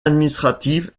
administrative